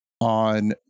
on